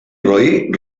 roí